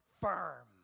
firm